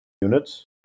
units